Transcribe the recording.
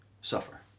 suffer